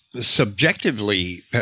subjectively